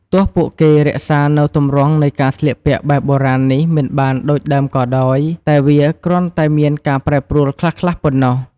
ទោះពួកគេរក្សានូវទម្រង់នៃការស្លៀកពាក់បែបបុរាណនេះមិនបានដូចដើមក៏ដោយ តែវាគ្រាន់តែមានការប្រែប្រួលខ្លះៗប៉ុណ្ណោះ។